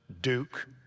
Duke